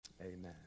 amen